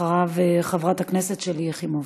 אחריו, חברת הכנסת שלי יחימוביץ.